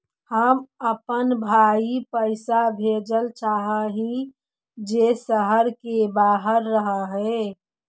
हम अपन भाई पैसा भेजल चाह हीं जे शहर के बाहर रह हे